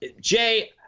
Jay